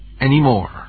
anymore